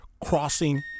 Crossing